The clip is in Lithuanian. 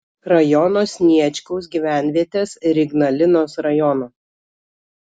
rajono sniečkaus gyvenvietės ir ignalinos rajono